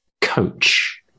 coach